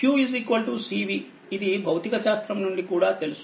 కాబట్టి q cvఇది భౌతిక శాస్త్రం నుండి కూడా తెలుసు